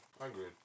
Agreed